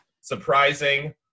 surprising